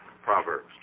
Proverbs